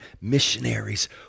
missionaries